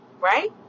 right